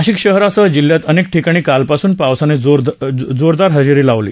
नाशिक शहरासह जिल्ह्यात अनेक ठिकाणी काल पासून पावसाने जोरदार हजेरी लावली